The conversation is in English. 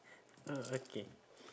oh okay